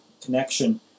connection